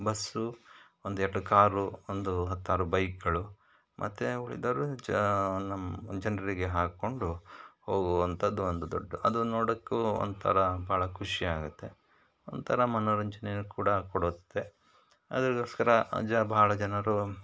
bus ಒಂದೆರಡು car ಒಂದು ಹತ್ತಾರು ಬೈಕ್ಗಳು ಮತ್ತು ಉಳಿದವರು ನಮ್ಮ ಜನರಿಗೆ ಹಾಕ್ಕೊಂಡು ಹೋಗುವಂಥದ್ದು ಒಂದು ದೊಡ್ಡ ಅದು ನೋಡಕ್ಕೂ ಒಂಥರ ಭಾಳ ಖುಷಿ ಆಗುತ್ತೆ ಒಂಥರ ಮನರಂಜನೆನು ಕೂಡ ಕೊಡುತ್ತೆ ಅದಕ್ಕೋಸ್ಕರ ಜ ಬಹಳ ಜನರು